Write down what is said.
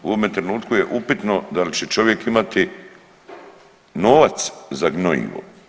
U ovome trenutku je upitno da li će čovjek imati novac za gnojivo?